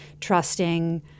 trusting